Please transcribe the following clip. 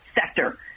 sector